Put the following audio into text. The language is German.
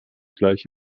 gleich